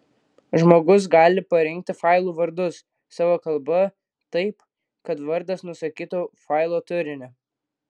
žmogus gali parinkti failų vardus savo kalba taip kad vardas nusakytų failo turinį